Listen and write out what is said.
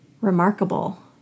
remarkable